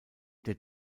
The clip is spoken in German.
der